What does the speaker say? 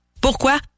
Pourquoi